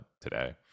today